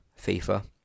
FIFA